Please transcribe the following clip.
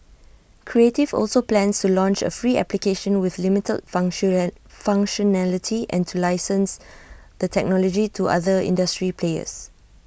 creative also plans to launch A free application with limited function functionality and to license the technology to other industry players